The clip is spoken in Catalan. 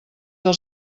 del